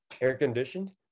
Air-conditioned